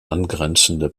angrenzende